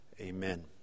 Amen